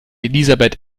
elisabeth